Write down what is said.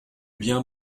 bien